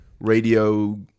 radio